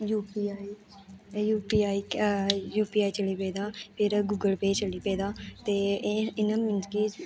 U P I U P I U P I चली पेदा फिर गूगल पे चली पेदा ते एह् इ'यां मींस कि